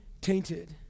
tainted